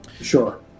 sure